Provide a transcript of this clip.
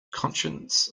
conscience